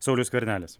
saulius skvernelis